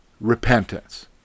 repentance